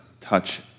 touch